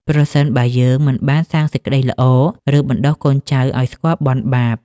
ប្រសិនបើយើងមិនបានសាងសេចក្ដីល្អ ឬបណ្ដុះកូនចៅឱ្យស្គាល់បុណ្យបាប។